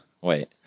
Wait